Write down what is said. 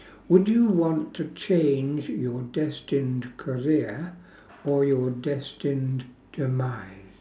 would you want to change your destined career or your destined demise